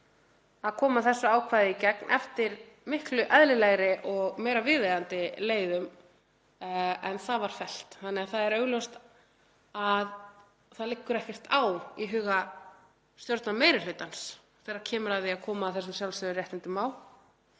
að koma þessu ákvæði í gegn eftir miklu eðlilegri og meira viðeigandi leiðum en það var fellt. Þannig að það er augljóst að það liggur ekkert á í huga stjórnarmeirihlutans þegar kemur að því að koma þessum sjálfsögðu réttindum á.